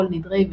קול נדרי,